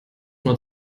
nur